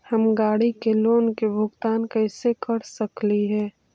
हम गाड़ी के लोन के भुगतान कैसे कर सकली हे?